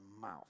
mouth